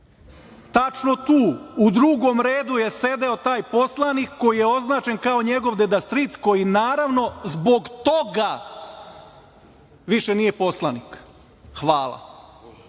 Tačno tu, u drugom redu je sedeo taj poslanik koji je označen kao njegov deda-stric, koji naravno zbog toga više nije poslanik“. Hvala. Srđan